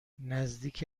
نزدیک